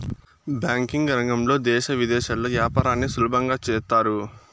banking రంగంలో దేశ విదేశాల్లో యాపారాన్ని సులభంగా చేత్తారు